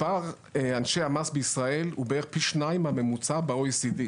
מספר אנשי המס בישראל הוא בערך פי 2 מהממוצע ב-OECD.